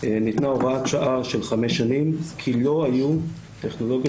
ניתנה הוראת שעה של חמש שנים כי לא היו טכנולוגיות